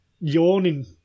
yawning